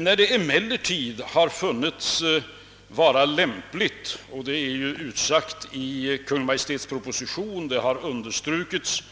När det emellertid har befunnits vara lämpligt — och det är ju utsagt i Kungl. Maj:ts proposition och har dessutom understrukits